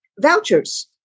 vouchers